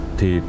thì